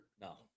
No